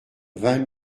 vingt